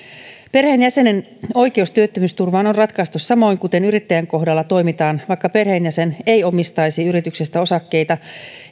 perheenjäsenen oikeus työttömyysturvaan on ratkaistu samoin kuten yrittäjän kohdalla toimitaan vaikka perheenjäsen ei omistaisi yrityksestä osakkeita